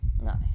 Nice